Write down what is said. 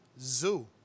Zoo